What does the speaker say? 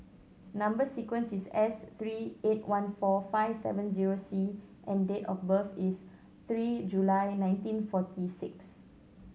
number sequence is S three eight one four five seven zero C and date of birth is three July nineteen forty six